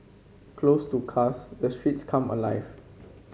closed to cars the streets come alive